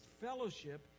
Fellowship